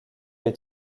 est